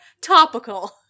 Topical